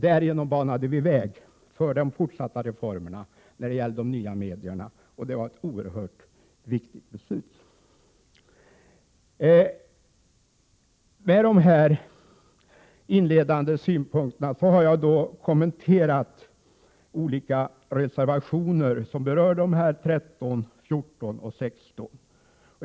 Därigenom banade vi väg för de fortsatta reformerna när det gäller de nya medierna. Det var ett oerhört viktigt beslut. Med dessa inledande synpunkter har jag kommenterat de reservationer som berör dessa områden, nr 13, 14 och 16.